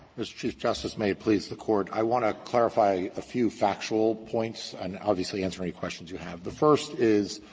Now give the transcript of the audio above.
mr. chief justice, and may it please the court i want to clarify a few factual points and obviously answer any questions you have. the first is,